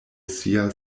sia